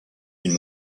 une